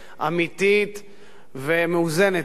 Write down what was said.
אמיתית ומאוזנת יותר,